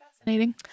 fascinating